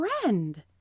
friend